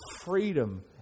freedom